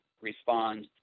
respond